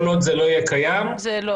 הרשות יזמה גם את אותו מאו"ר שהוקם באשדוד,